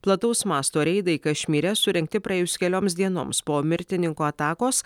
plataus masto reidai kašmyre surengti praėjus kelioms dienoms po mirtininko atakos